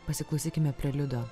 pasiklausykime preliudo